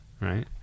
right